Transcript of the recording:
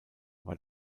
war